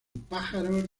pájaros